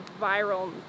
viral